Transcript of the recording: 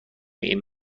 این